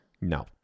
No